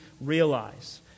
realize